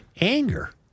anger